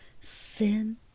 sin